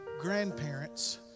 grandparents